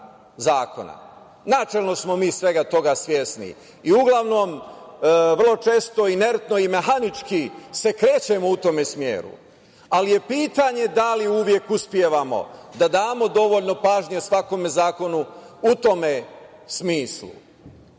zakona. Načelno smo mi svega toga svesni i uglavnom vrlo često inertno i mehanički se krećemo u tom smeru, ali je pitanje da li uvek uspevamo da damo dovoljno pažnje svakom zakonu u tom smislu. Naravno